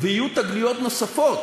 ויהיו תגליות נוספות,